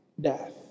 death